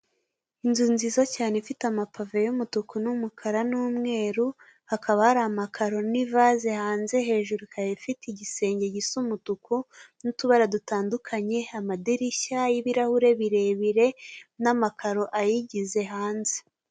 Inzu nziza cyane ifite amapave y'umutuku, numukara, n'umweru, hakaba hari amakaro n'ivaze hanze, hejuru ikaba ifite igisenge gisa umutuku n'utubara dutandukanye, amadirishya y'ibirahure birebire, na amakaro ayigize hanze.